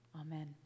Amen